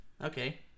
Okay